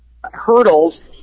hurdles